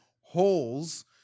holes